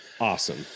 awesome